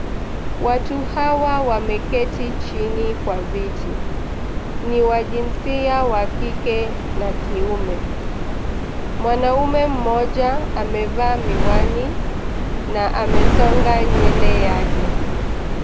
Watu hawa wameketi chini kwa viti. Ni wa jinsia wa kike na kiume. Mwanaume mmoja amevaa miwani na amesonga nywele yake.